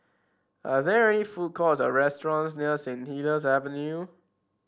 are there food courts or restaurants near Saint Helier's Avenue